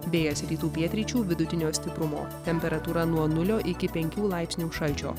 vėjas rytų pietryčių vidutinio stiprumo temperatūra nuo nulio iki penkių laipsnių šalčio